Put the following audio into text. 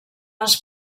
els